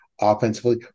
offensively